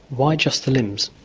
why just the limbs?